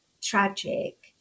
tragic